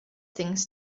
things